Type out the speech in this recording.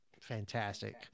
fantastic